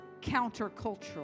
countercultural